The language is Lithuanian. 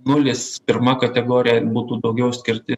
nulis pirma kategorija būtų daugiau skirti